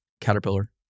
Caterpillar